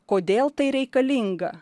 kodėl tai reikalinga